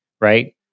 right